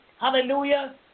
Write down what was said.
hallelujah